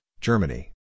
Germany